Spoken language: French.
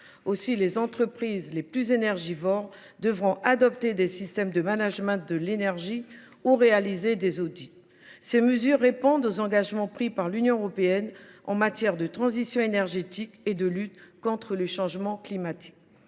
Aussi, les entreprises les plus énergivores devront adopter des systèmes de management de l’énergie ou réaliser des audits. Ces mesures répondent aux engagements pris par l’Union européenne en matière de transition énergétique et de lutte contre le changement climatique.